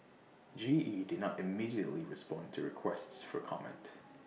G E did not immediately respond to requests for comment